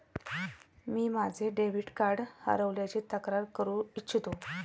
मी माझे debit card हरवल्याची तक्रार करू इच्छितो